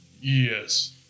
Yes